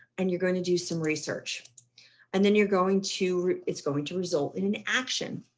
and you're going to do some research and then you're going to, it's going to result in an action.